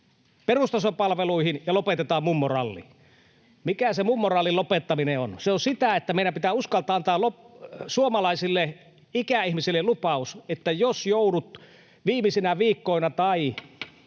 perustason palveluihin ja lopetetaan mummoralli. Mikä se mummorallin lopettaminen on? Se on sitä, että meidän pitää uskaltaa antaa suomalaisille ikäihmisille lupaus, että jos joudut viimeisinä viikkoina tai